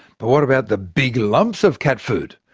but what about the big lumps of cat food?